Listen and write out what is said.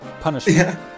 punishment